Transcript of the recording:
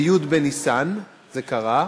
בי' בניסן זה קרה.